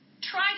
try